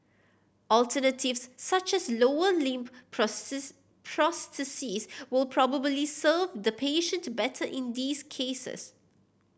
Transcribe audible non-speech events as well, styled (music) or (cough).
alternatives such as lower limb (unintelligible) prosthesis will probably serve the patient better in these cases